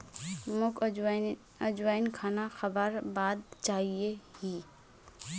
मोक अजवाइन खाना खाबार बाद चाहिए ही